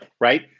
right